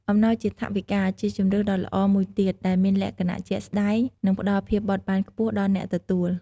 អំណោយជាថវិកា ជាជម្រើសដ៏ល្អមួយទៀត ដែលមានលក្ខណៈ ជាក់ស្តែង និងផ្ដល់ភាពបត់បែនខ្ពស់ដល់អ្នកទទួល។